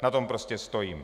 Na tom prostě stojím.